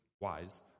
wise